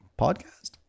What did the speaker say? Podcast